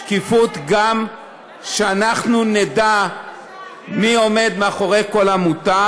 שקיפות גם שאנחנו נדע מי עומד מאחורי כל עמותה,